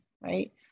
right